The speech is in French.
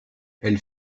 elles